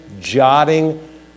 jotting